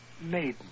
Maiden